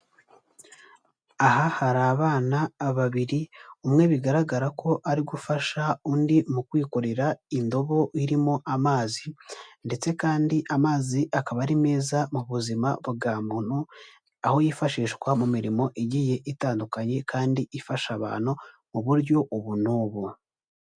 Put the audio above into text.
Aha hari abana babiri, umwe bigaragara ko ari gufasha undi mu kwikorera indobo irimo amazi ndetse kandi amazi akaba ari meza mu buzima bwa muntu, aho yifashishwa mu mirimo igiye itandukanye kandi ifasha abantu mu buryo ubu n'ubu.